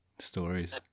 stories